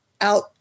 out